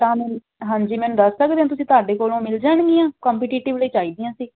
ਤਾਂ ਮੈਂ ਹਾਂਜੀ ਮੈਨੂੰ ਦੱਸ ਸਕਦੇ ਓ ਤਾਹਡੇ ਕੋਲੋ ਮਿਲ ਜਾਣਗੀਆਂ ਕੋਮਪੀਟੀਟਿਵ ਲਈ ਚਾਹੀਦੀਆਂ ਸੀ